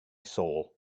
soul